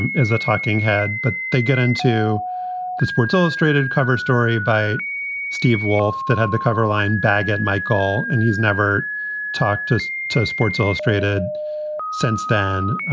and is a talking head, but they get into the sports illustrated cover story by steve wolff that had the cover line bag at my call. and he's never talked us to sports illustrated since then,